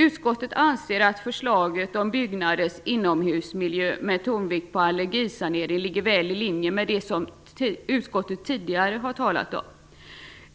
Utskottet anser att förslaget om byggnaders inomhusmiljö, med tonvikt på allergisanering, ligger väl i linje med vad utskottet tidigare har anfört.